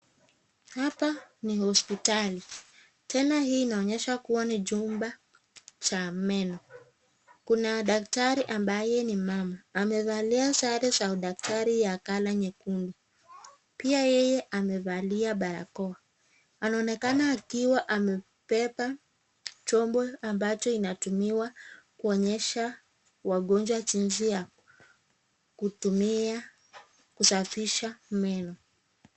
Hapa ni hospitali, tena hii inaonyesha kuwa ni jumba cha meno. Kuna daktari ambaye ni mama. Amevalia sare za udaktari ya kala nyekundu, pia yeye amevalia barakoa. Anaonekana akiwa amebeba chombo ambacho inatumiwa kuonyesha wagonjwa jinsi ya kutumia kusafisha meno.